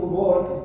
work